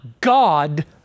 God